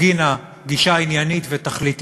הפגינה גישה עניינית ותכליתית,